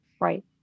Right